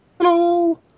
Hello